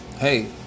Hey